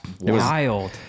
wild